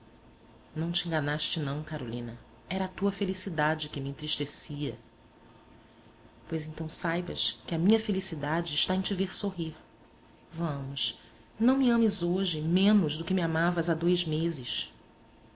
não te enganaste não carolina era a tua felicidade que me entristecia pois então saibas que a minha felicidade está em te ver sorrir vamos não me ames hoje menos do que me amavas há dois meses